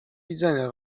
widzenia